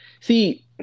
See